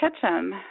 kitchen